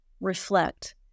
reflect